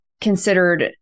considered